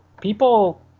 people